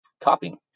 copying